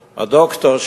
והדוקטור,